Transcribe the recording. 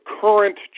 current